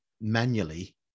manually